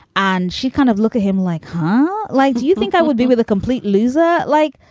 and she kind of looked at him like, ha, like, do you think i would be with a complete loser? like,